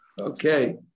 Okay